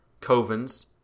Covens